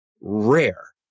rare